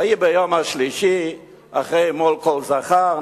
ויהי ביום השלישי אחרי יימול כל זכר,